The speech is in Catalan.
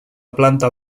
planta